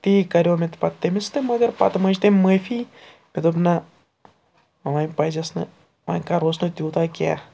تی کَریو مےٚ تہٕ پَتہٕ تٔمِس تہٕ مگر پَتہٕ مٔنٛج تٔمۍ معٲفی مےٚ دوٚپ نہ وۄنۍ پزٮ۪س نہٕ وۄنۍ کَروس نہٕ تیوٗتاہ کیٚنٛہہ